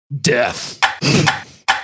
death